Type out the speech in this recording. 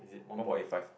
one point eight five